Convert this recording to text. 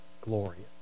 glorious